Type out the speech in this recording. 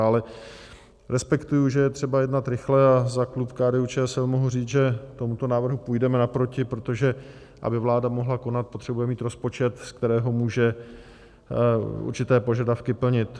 Ale respektuji, že je třeba jednat rychle, a za klub KDUČSL mohu říct, že tomuto návrhu půjdeme naproti, protože aby vláda mohla konat, potřebuje mít rozpočet, z kterého může určité požadavky plnit.